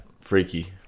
freaky